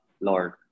Lord